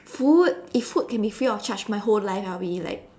food if food can be free I'll charge my whole life I'll be like